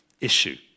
issue